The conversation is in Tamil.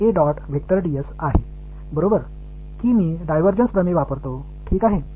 எனவே இந்த டைவர்ஜன்ஸ் தியரம் பயன்படுத்துகிறேன்